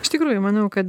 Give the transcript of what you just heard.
iš tikrųjų manau kad